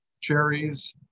cherries